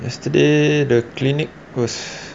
yesterday the clinic was